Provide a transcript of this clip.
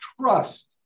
Trust